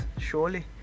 surely